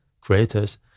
creators